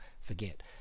forget